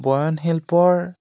বয়নশিল্পৰ